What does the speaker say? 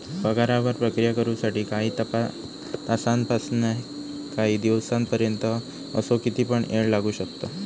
पगारावर प्रक्रिया करु साठी काही तासांपासानकाही दिसांपर्यंत असो किती पण येळ लागू शकता